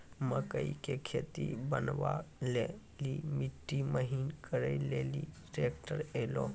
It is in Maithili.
मकई के खेत बनवा ले ली मिट्टी महीन करे ले ली ट्रैक्टर ऐलो?